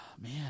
man